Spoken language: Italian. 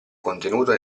contenuto